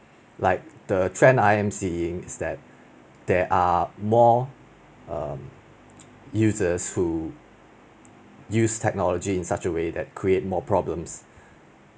like the trend I am seeing is that there are more um users who use technology in such a way that create more problems